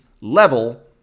level